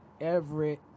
everett